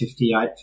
58